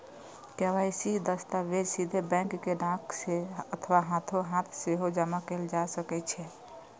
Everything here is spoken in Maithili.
के.वाई.सी दस्तावेज सीधे बैंक कें डाक सं अथवा हाथोहाथ सेहो जमा कैल जा सकै छै